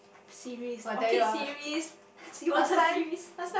series orchid series seawater series